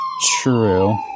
true